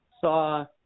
Saw